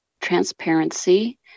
transparency